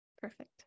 Perfect